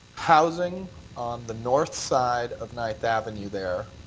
housing on the north side of ninth avenue there